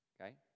Okay